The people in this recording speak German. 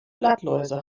blattläuse